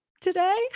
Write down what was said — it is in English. today